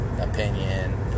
opinion